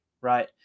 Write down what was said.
right